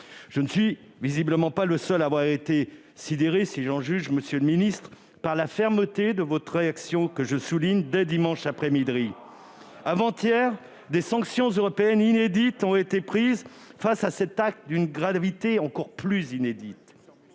Je ne suis visiblement pas le seul à avoir été sidéré, si j'en juge, monsieur le ministre, par la fermeté de votre réaction dès dimanche après-midi. Avant-hier, des sanctions européennes inédites ont été prises face à cet acte d'une gravité encore plus inédite.